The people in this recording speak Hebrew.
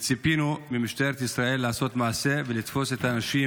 וציפינו ממשטרת ישראל לעשות מעשה ולתפוס את האנשים,